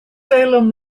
salem